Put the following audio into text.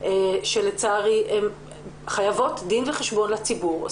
שלצערי הן חייבות דין וחשבון לציבור.